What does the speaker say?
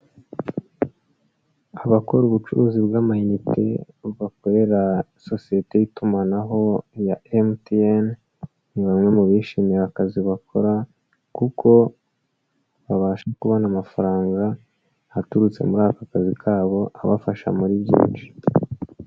Abakora ubucuruzi bw'amagniti bakorera sosiyete y'itumanaho ya MTN ni bamwe mu bishimiye akazi bakora, kuko babasha kubona amafaranga aturutse muri aka kazi kabo abafasha muri byinshi.